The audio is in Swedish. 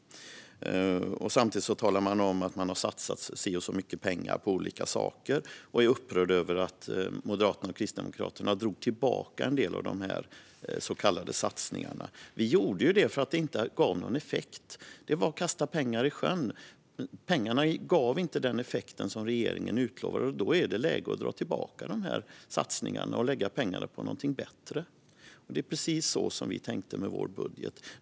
Samtidigt talar man om att man har satsat si och så mycket pengar på olika saker och är upprörd över att Moderaterna och Kristdemokraterna drog tillbaka en del av dessa så kallade satsningar. Vi gjorde det för att de inte gav någon effekt. Det var att kasta pengar i sjön. Pengarna gav inte den effekt som regeringen utlovade. Då är det läge att dra tillbaka dessa satsningar och lägga pengarna på någonting bättre. Det är precis så som vi tänkte med vår budget.